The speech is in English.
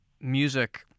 music